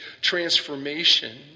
transformation